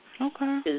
Okay